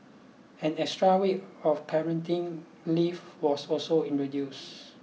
an extra week of parenting leave was also introduced